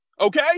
Okay